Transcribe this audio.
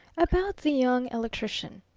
about the young electrician.